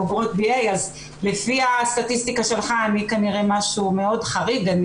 בוגרות BA. לפי הסטטיסטיקה שלך אני כנראה משהו מאוד חריג.